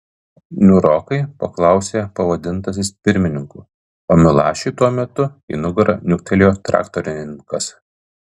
niūrokai paklausė pavadintasis pirmininku o milašiui tuo metu į nugarą niuktelėjo traktorininkas